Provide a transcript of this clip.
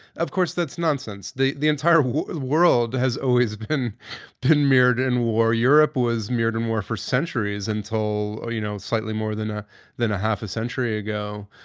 of course, that's nonsense. the the entire world has always been been mirrored in war. europe was mirrored in war for centuries until you know slightly more than ah than half a century ago.